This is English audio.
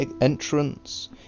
entrance